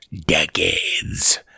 decades